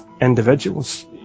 individuals